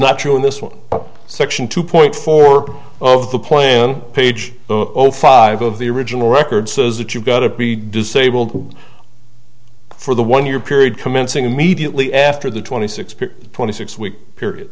not true in this one section two point four of the plan page five of the original record so that you got to be disabled for the one year period commencing immediately after the twenty six twenty six week period